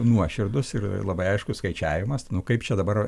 nuoširdūs ir labai aiškus skaičiavimas nu kaip čia dabar